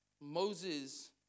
Moses